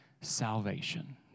salvation